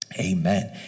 Amen